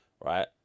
right